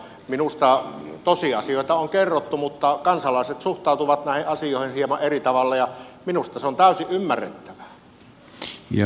minusta tosiasioita on kerrottu mutta kansalaiset suhtautuvat näihin asioihin hieman eri tavalla ja minusta se on täysin ymmärrettävää